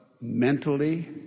mentally